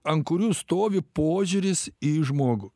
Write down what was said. ant kurių stovi požiūris į žmogų